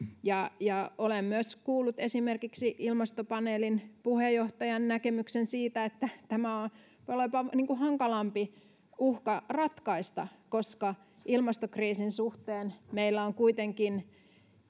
olen myös kuullut esimerkiksi ilmastopaneelin puheenjohtajan näkemyksen siitä että tämä voi olla jopa hankalampi uhka ratkaista koska ilmastokriisin suhteen meillä on kuitenkin